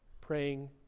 praying